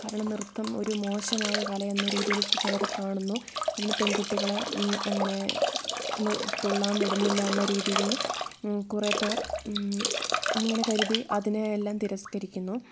കാരണം നൃത്തം ഒരു മോശമായ കലയെന്ന രീതിയിൽ ചിലർ കാണുന്നു അതിന് പെൺകുട്ടികളെ അങ്ങനെ തുള്ളാൻ വിടുന്നില്ല എന്ന രീതിയിൽ കുറെ പേർ അങ്ങനെ കരുതി അതിനെയെല്ലാം തിരസ്കരിക്കുന്നു